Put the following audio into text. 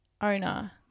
owner